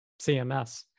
CMS